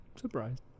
surprised